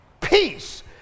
peace